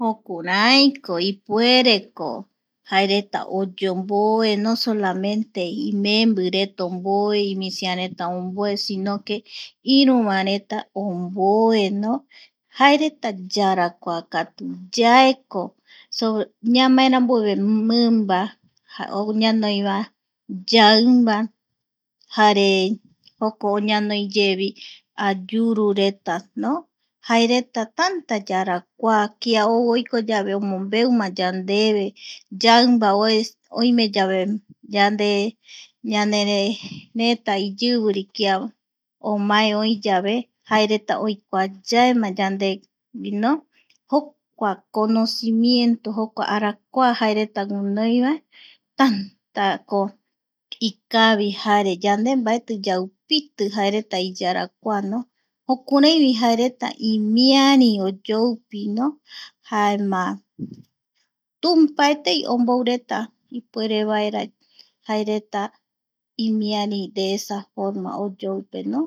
Jokuraiko ipuereko jaereta oyomboe no solamente imembireta omboe imisireta omboe si no que iru vareta omboe no jaereta yarakuakatu yaeko so ñamae rambueve mimba, ñanoiva, yaimba jare joko ñanoi yevi ayurureta no, jaereta tanta yarakua, kia ou oiko yave omombeuma yandeve, yaimba oe oim, yave ñande ñanereta iyiviri kia omae oi yave jaereta oikua yaema yandegui jokua conocimiento, jokua arakua jaereta guinoivae tantako ikavi jare yande mbaeti yaupiti jaereta iyarakua no jokuraivi jaereta imiari oyoupi no, jaema tumpa etei omboureta ipuere vaera jaereta imiari de esa forma oyoupe no